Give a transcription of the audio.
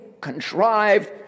contrived